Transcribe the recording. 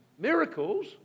Miracles